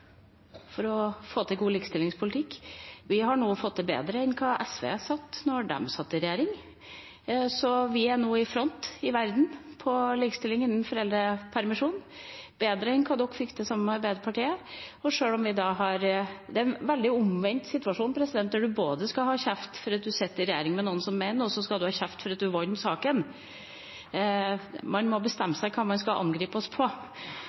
for å få til god likestillingspolitikk. Vi har nå fått det til bedre enn da SV satt i regjering. Vi er nå i front i verden på likestilling innen foreldrepermisjon og bedre enn hva SV fikk til sammen med Arbeiderpartiet. Det er en veldig omvendt situasjon, når man både skal ha kjeft for at man sitter i regjering med noen som mener noe, og så skal ha kjeft fordi man vant saken. Man må bestemme seg for hva man skal angripe oss